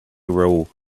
grow